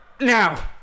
now